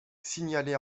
signalé